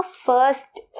first